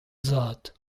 zad